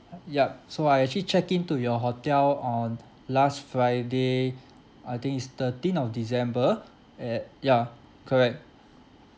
yup so I actually check in to your hotel on last friday I think is thirteen of december at ya correct